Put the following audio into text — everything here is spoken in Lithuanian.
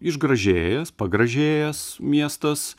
išgražėjęs pagražėjęs miestas